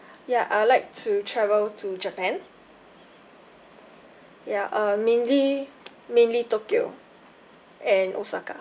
ya I'd like to travel to japan ya uh mainly mainly tokyo and osaka